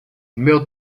meu